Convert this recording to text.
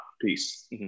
Peace